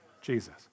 Jesus